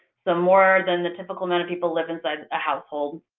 so, more than the typical amount of people live inside a household.